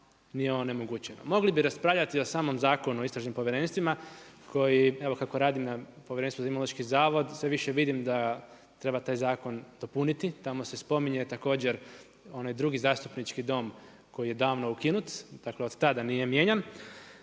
nije onemogućeno. Mogli bi raspravljati o samom Zakonu o istražnim povjerenstvima koji evo kako radim u povjerenstvu za Imunološki zavod, sve više vidim da treba taj zakon dopuniti, tamo se spominje također onaj drugi zastupnički Dom koji je davno ukinut, dakle od tada nije mijenjan.